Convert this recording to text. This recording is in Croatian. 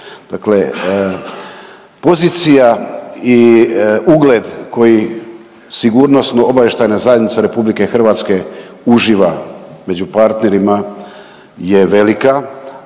Dakle, pozicija i ugled koji sigurnosno-obavještajna zajednica Republike Hrvatske uživa među partnerima je velika,